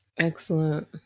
Excellent